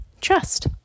trust